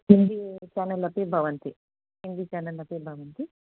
Hindi channel अपि भवन्ति Hindi channel अपि भवन्ति